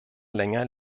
länger